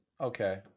okay